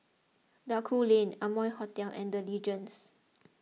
Duku Lane Amoy Hotel and the Legends